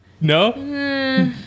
No